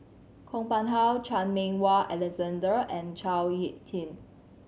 Kong Pung How Chan Meng Wah Alexander and Chao Hick Tin